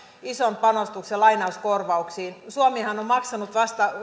ison panostuksen lainauskorvauksiin suomihan on maksanut